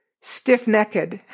stiff-necked